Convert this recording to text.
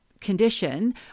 condition